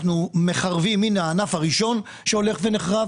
הענף הראשון הולך ונחרב.